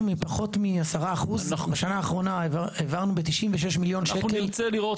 ב-96 מיליון שקל --- אנחנו נרצה לראות,